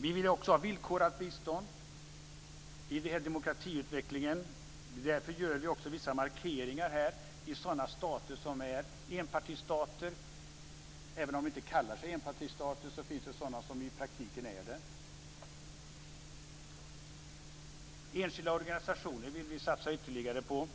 Vi vill också ha villkorat bistånd i den här demokratiutvecklingen. Därför gör vi vissa markeringar för sådana stater som är enpartistater. Även om de inte kallar sig enpartistater finns det de som i praktiken är det. Vi vill satsa ytterligare på enskilda organisationer, med